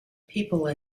people